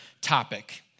topic